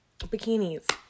bikinis